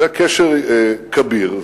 זה קשר כביר.